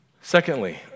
Secondly